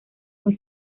muy